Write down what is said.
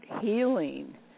healing